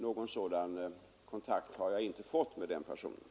Någon sådan kontakt har jag emellertid inte fått.